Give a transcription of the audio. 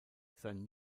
sein